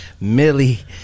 Millie